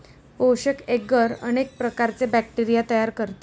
पोषक एग्गर अनेक प्रकारचे बॅक्टेरिया तयार करते